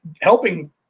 helping